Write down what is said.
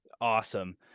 Awesome